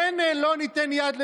אין: לא ניתן יד לנורבגים.